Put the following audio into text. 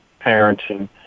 parenting